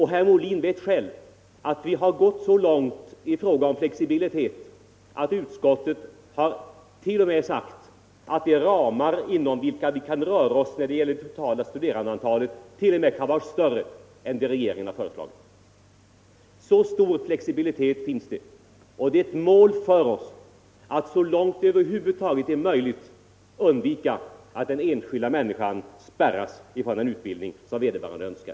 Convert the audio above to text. Herr Molin vet själv att vi i utskottet t.o.m. har gått så långt i fråga om flexibilitet att vi sagt, att de ramar inom vilka vi kan röra oss när det gäller det totala studerandeantalet kan vara större än vad som regeringen föreslagit. Så stor flexibilitet finns det, att det är ett mål för oss att så långt som det över huvud taget är möjligt undvika att den enskilda individen spärras ut från den utbildning som han eller hon önskar.